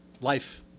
life